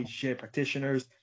practitioners